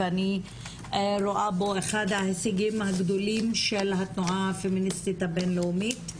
ואני רואה בו אחד ההישגים הגדולים של התנועה הפמיניסטית הבין-לאומית.